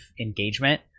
engagement